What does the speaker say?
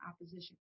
opposition